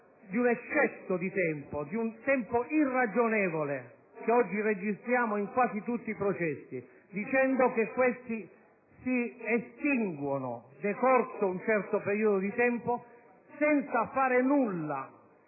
di un eccesso di tempo, di un tempo irragionevole, che oggi registriamo in quasi tutti i processi, dicendo che questi si estinguono decorso un certo periodo, senza fare nulla